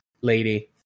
lady